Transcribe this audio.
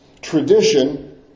tradition